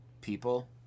people